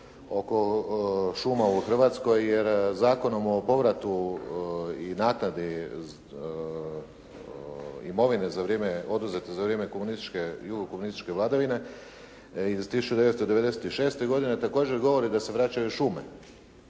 oko šuma u Hrvatskoj jer Zakonom o povratu i naknadi imovine oduzete za vrijeme komunističke vladavine iz 1996. također govori da se vraćaju šume.